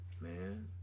Man